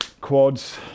quads